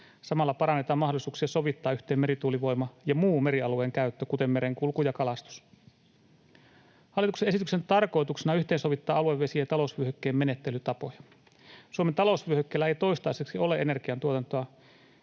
Samalla parannetaan mahdollisuuksia sovittaa yhteen merituulivoima ja muu merialueen käyttö, kuten merenkulku ja kalastus. Hallituksen esityksen tarkoituksena on yhteensovittaa aluevesien ja talousvyöhykkeen menettelytapoja. Suomen talousvyöhykkeellä ei toistaiseksi ole energiantuotantoa.